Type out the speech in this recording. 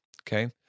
Okay